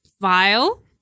file